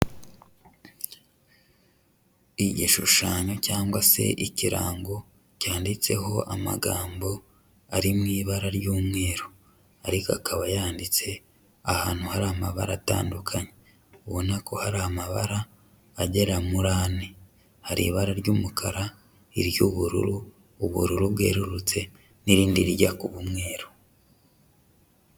Igishushanyo cyangwa se ikirango cyanditseho amagambo ari mu ibara ry'umweru, ariko akaba yanditse ahantu hari amabara atandukanye, ubona ko hari amabara agera muri ane. Hari ibara ry'umukara, iry'ubururu, ubururu bwerurutse n'irindi rijya kuba umweru.